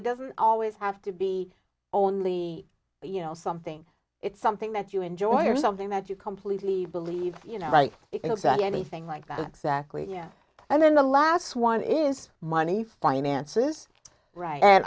it doesn't always have to be only you know something it's something that you enjoy or something that you completely believe you know like anything like that exactly yeah and then the last one is money finances right and